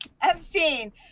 Epstein